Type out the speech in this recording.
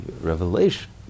revelation